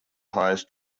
highest